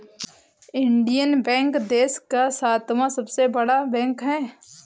Indian bank देश का सातवां सबसे बड़ा बैंक है